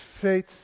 faith